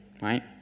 right